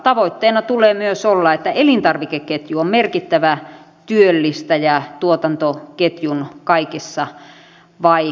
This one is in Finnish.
tavoitteena tulee myös olla että elintarvikeketju on merkittävä työllistäjä tuotantoketjun kaikissa vaiheissa